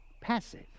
passive